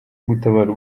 gutabara